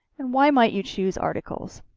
and why might you choose articles?